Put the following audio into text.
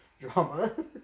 Drama